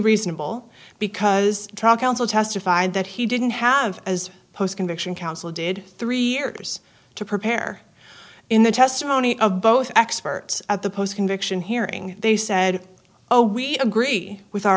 reasonable because trial counsel testified that he didn't have as post conviction counsel did three years to prepare in the testimony of both experts at the post conviction hearing they said oh we agree with our